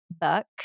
book